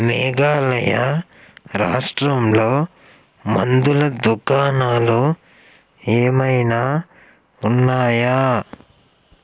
మేఘాలయ రాష్ట్రంలో మందుల దుకాణాలు ఏమైనా ఉన్నాయా